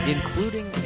Including